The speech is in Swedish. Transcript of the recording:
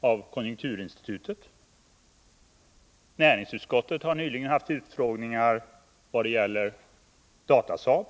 för Konjunkturinstitutet? Näringsutskottet har nyligen haft utfrågningar vad gäller Datasaab.